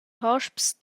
hosps